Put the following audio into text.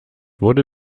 wurde